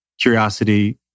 Curiosity